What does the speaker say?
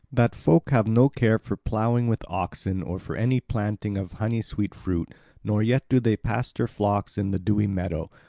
that folk have no care for ploughing with oxen or for any planting of honey-sweet fruit nor yet do they pasture flocks in the dewy meadow.